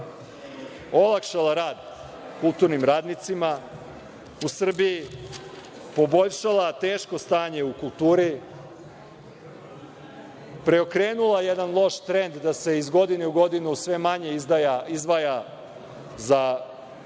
olakšala rad kulturnim radnicima u Srbiji, poboljšala teško stanje u kulturi, preokrenula jedan loš trend da se iz godine u godinu sve manje izdvaja za kulturne